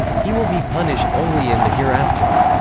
he will be punished only in the hereafter,